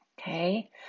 Okay